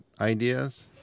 ideas